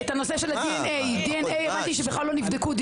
הנושא של ה-DNA הבנתי שהם בכלל לא נבדקו,